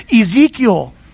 Ezekiel